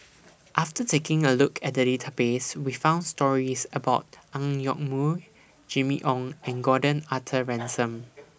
after taking A Look At The Database We found stories about Ang Yoke Mooi Jimmy Ong and Gordon Arthur Ransome